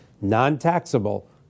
non-taxable